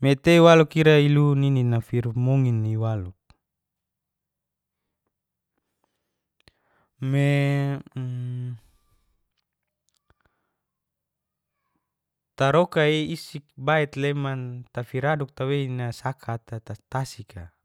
me tei waluk ira ilu nini nafirimomin iwalu. Me taroka isik bait leman tafiraduk tawei nasaka tatasika.